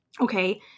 Okay